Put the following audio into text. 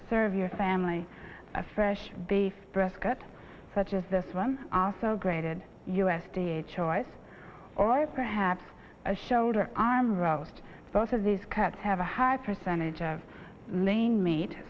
serve your family a fresh beef brisket such as this one also grated u s d a choice or perhaps a shoulder arm roast both of these cuts have a high percentage of main m